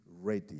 ready